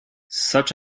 such